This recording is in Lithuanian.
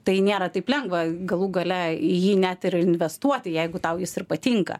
tai nėra taip lengva galų gale jį net ir investuoti jeigu tau jis ir patinka